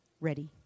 ready